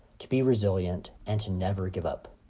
to be resilient and to never give up.